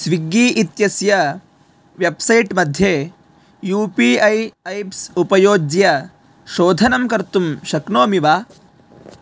Swiggy इत्यस्य website मध्ये U P I apps उपयुज्य शोधनं कर्तुं शक्नोमि वा